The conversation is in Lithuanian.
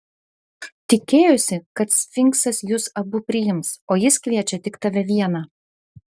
tikėjosi kad sfinksas jus abu priims o jis kviečia tik tave vieną